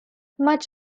much